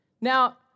Now